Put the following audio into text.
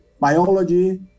biology